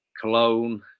Cologne